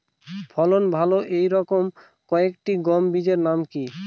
ফলন ভালো এই রকম কয়েকটি গম বীজের নাম কি?